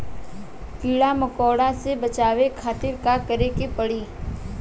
कीड़ा मकोड़ा से बचावे खातिर का करे के पड़ी?